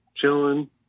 chilling